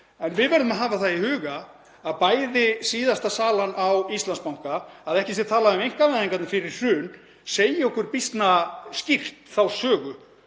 En við verðum að hafa það í huga að bæði síðasta salan á Íslandsbanka og svo ekki sé talað um einkavæðingarnar fyrir hrun, segja okkur býsna skýrt þá sögu